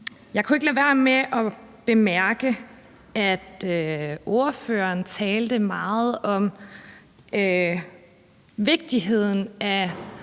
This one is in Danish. Jeg kunne ikke lade være med at bemærke, at ordføreren talte meget om vigtigheden af